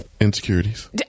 insecurities